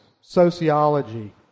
sociology